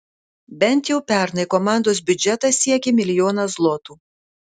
bent jau pernai komandos biudžetas siekė milijoną zlotų